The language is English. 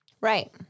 Right